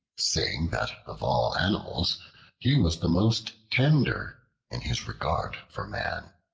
saying that of all animals he was the most tender in his regard for man,